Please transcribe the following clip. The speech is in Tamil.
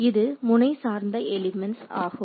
இது முனை சார்ந்த எலிமெண்ட்ஸ் ஆகும்